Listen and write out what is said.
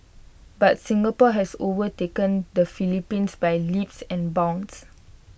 but Singapore has overtaken the Philippines by leaps and bounds